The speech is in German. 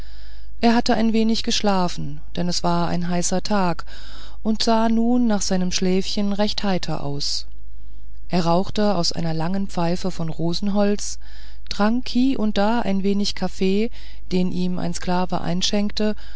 er hatte ein wenig geschlafen denn es war ein heißer tag und sah nun nach seinem schläfchen recht heiter aus er rauchte aus einer langen pfeife von rosenholz trank hie und da ein wenig kaffee den ihm ein sklave einschenkte